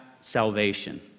salvation